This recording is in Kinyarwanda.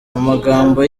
magambo